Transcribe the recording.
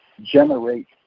generate